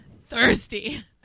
thirsty